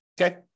Okay